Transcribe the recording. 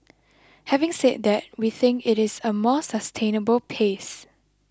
having said that we think it is a more sustainable pace